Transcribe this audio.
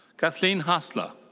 kathleen hasler.